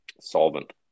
solvent